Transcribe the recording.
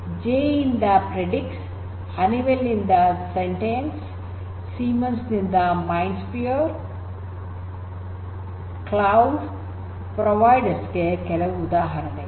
G E ಯಿಂದ Predix Honeywell ನಿಂದ ಸೆಂಟಿಎನ್ಸ್ ಸೀಮನ್ಸ್ ನಿಂದ ಮೈಂಡ್ ಸ್ಪಿಯರ್ ಕ್ಲೌಡ್ ಪ್ರೊವೈಡರ್ಸ್ ಗೆ ಕೆಲವು ಉದಾಹರಣೆಗಳು